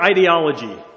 Ideology